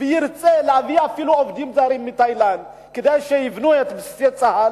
הוא ירצה אפילו להביא עובדים זרים מתאילנד כדי שיבנו את בסיסי צה"ל.